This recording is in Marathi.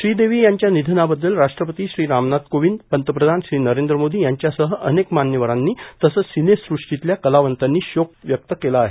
श्रीदेवी यांच्या निघनाबद्दल राष्ट्रपती श्री रामनाय कोविंद पंतप्रधान श्री नरेंद्र मोदी यांच्यासह अनेक मान्यवरांनी तसंच सिनेसृष्टीतल्या कलावंतांनी शोक व्यक्त केला आहे